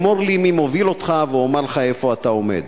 אמור לי מי מוביל אותך ואומר לך איפה אתה עומד.